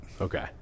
Okay